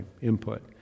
input